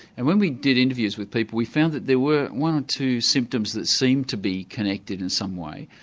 and when we did interviews with people we found that there were one or two symptoms that seemed to be connected in some way.